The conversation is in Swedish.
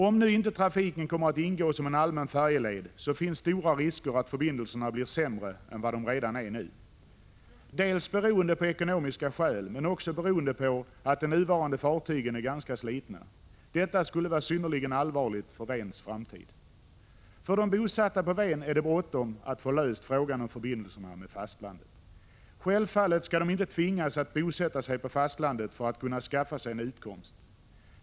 Om nu inte trafiken kommer att ingå som en allmän färjeled så finns stora risker att förbindelserna blir sämre än vad de redan nu är. Dels beror det på ekonomiska förhållanden, dels på att de nuvarande fartygen är ganska slitna. Detta skulle vara synnerligen allvarligt för Vens framtid. För de bosatta på Ven är det bråttom att få frågan om förbindelserna med fastlandet löst. Självfallet skall de inte tvingas att bosätta sig på fastlandet för att kunna skaffa sig en utkomst.